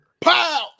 Pow